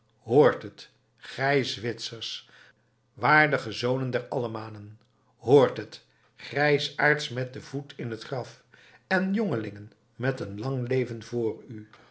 hoort het gij zwitsers waardige zonen der allemanen hoort het grijsaards met den voet in het graf en jongelingen met een lang leven voor u